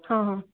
हाँ हाँ